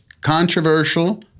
controversial